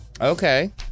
Okay